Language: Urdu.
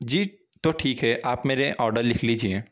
جی تو ٹھیک ہے آپ میرے آرڈر لکھ لیجئے